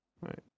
Right